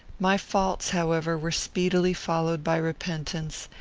my faults, however, were speedily followed by repentance,